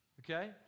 Okay